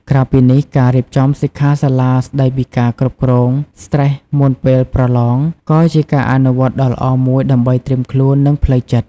ក្រៅពីនេះ ការរៀបចំសិក្ខាសាលាស្ដីពីការគ្រប់គ្រងស្ត្រេសមុនពេលប្រឡងក៏ជាការអនុវត្តដ៏ល្អមួយដើម្បីត្រៀមខ្លួន និងផ្លូវចិត្ត។